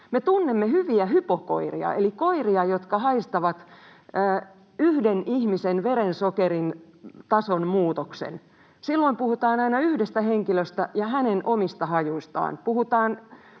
Me tunnemme hyviä hypokoiria, eli koiria, jotka haistavat yhden ihmisen verensokerin tason muutoksen. Silloin puhutaan aina yhdestä henkilöstä ja hänen omista hajuistaan,